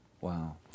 Wow